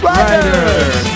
Riders